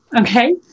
Okay